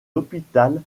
hôpital